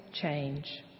change